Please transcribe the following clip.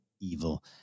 evil